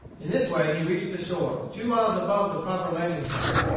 in this way he reached the shore, two miles above the proper landing-place.